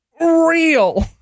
real